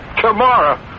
Tomorrow